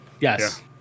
Yes